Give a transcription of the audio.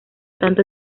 tanto